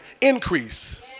Increase